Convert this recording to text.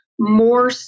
more